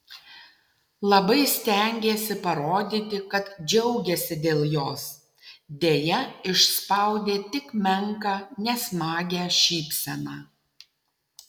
labai stengėsi parodyti kad džiaugiasi dėl jos deja išspaudė tik menką nesmagią šypseną